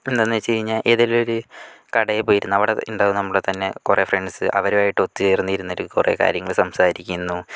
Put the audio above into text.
എന്താണെന്ന് വെച്ച് കഴിഞ്ഞാൽ ഏതെങ്കിലും ഒരു കടയിൽ പോയി ഇരുന്ന് അവിടെ ഉണ്ടാകും നമ്മുടെ തന്നെ കുറെ ഫ്രണ്ട്സ് അവരുമായിട്ട് ഒത്തുചേർന്നിരുന്ന ഒരു കുറെ കാര്യങ്ങൾ സംസാരിക്കുന്നു